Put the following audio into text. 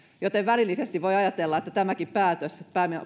joten välillisesti voi ajatella että tämäkin päätös